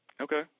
Okay